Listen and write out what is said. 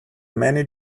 many